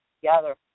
together